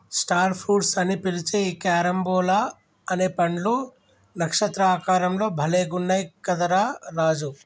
star fruits అని పిలిచే ఈ క్యారంబోలా అనే పండ్లు నక్షత్ర ఆకారం లో భలే గున్నయ్ కదా రా రాజు